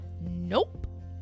Nope